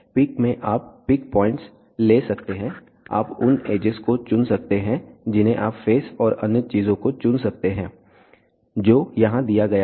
pick में आप pick points ले सकते हैं आप उन एजेस को चुन सकते हैं जिन्हें आप फेस और अन्य चीजों को चुन सकते हैं जो यहां दिया गया है